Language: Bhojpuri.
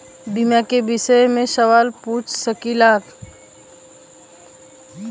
बीमा के विषय मे सवाल पूछ सकीलाजा?